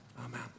Amen